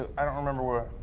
i don't remember where,